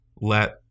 let